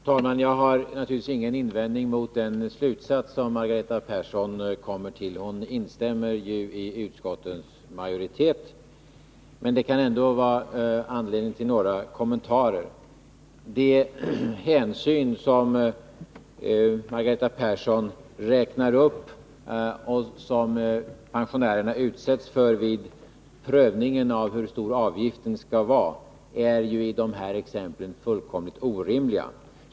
Fru talman! Jag har naturligtvis ingen invändning mot den slutsats som Margareta Persson kommer till. Hon instämmer ju i utskottets uttalande. Men det kan ändå finnas anledning till några kommentarer. De hänsyn som Margareta Persson räknar upp och som pensionärerna utsätts för vid prövningen av hur stor avgiften skall vara är ju i dessa exempel fullkomligt orimliga.